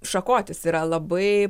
šakotis yra labai